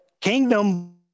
kingdom